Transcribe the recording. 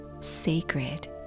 sacred